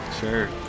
Sure